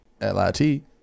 L-I-T